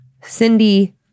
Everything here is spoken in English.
Cindy